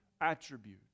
attribute